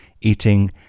eating